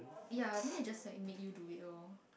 ya then they just like made you do it lor